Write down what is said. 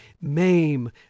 Mame